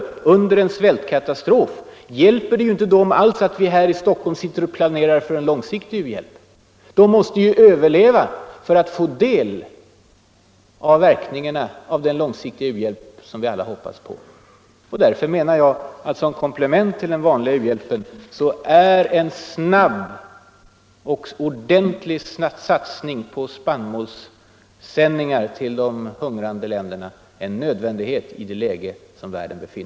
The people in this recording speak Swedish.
Både fru Nettelbrandt och jag har i den här debatten sammanfattat några av problemen.